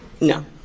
no